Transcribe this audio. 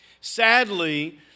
Sadly